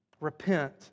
Repent